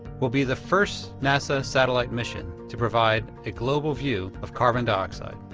will be the first nasa satellite mission to provide a global view of carbon dioxide.